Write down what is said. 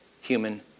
human